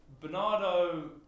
Bernardo